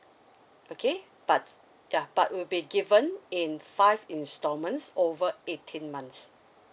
okay but yeah but will be given in five installments over eighteen months